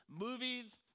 movies